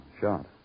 Shot